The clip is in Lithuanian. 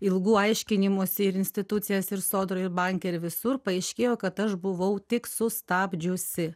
ilgų aiškinimųsi ir institucijose ir sodroj ir banke ir visur paaiškėjo kad aš buvau tik sustabdžiusi